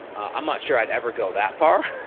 i'm not sure i'd ever go that far.